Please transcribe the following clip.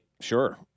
sure